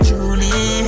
Julie